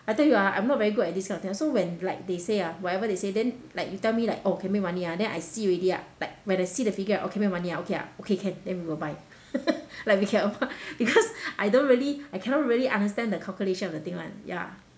I tell you ah I'm not very good at this kind of thing so when like they say ah whatever they say then like you tell me like oh can make money ah then I see already ah like when I see the figure oh can make money ah okay ah okay can then we will buy like we can afford because I don't really I cannot really understand the calculation of the thing [one] ya